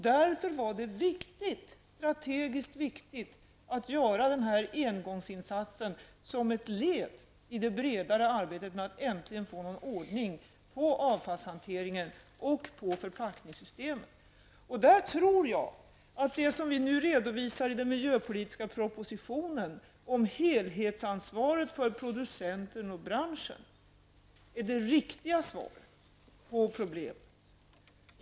Därför var det strategiskt viktigt att göra denna engångsinsats som ett led i det bredare arbetet med att få någon ordning på avfallshanteringen och förpackningssystemet. Jag tror att det som vi nu redovisar i den miljöpolitiska propositionen om helhetsansvaret för producenter och branschen är det riktiga svaret på problemet.